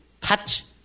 touch